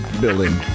building